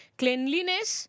cleanliness